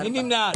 מי נמנע?